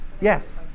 yes